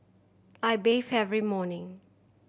I bathe every morning